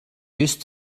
used